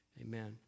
amen